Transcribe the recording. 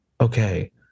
okay